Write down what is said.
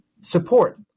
support